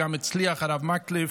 והרב מקלב